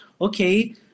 okay